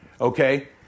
Okay